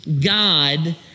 God